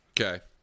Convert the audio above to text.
Okay